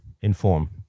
inform